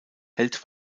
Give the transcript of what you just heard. hält